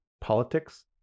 politics